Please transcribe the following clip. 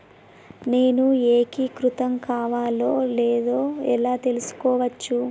నేను ఏకీకృతం కావాలో లేదో ఎలా తెలుసుకోవచ్చు?